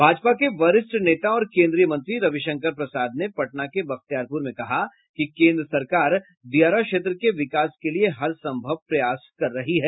भाजपा के वरिष्ठ नेता और केन्द्रीय मंत्री रविशंकर प्रसाद ने पटना के बख्तियारपुर में कहा कि केन्द्र सरकार दियारा क्षेत्र के विकास के लिए हर सम्भव प्रयास कर रही है